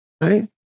Right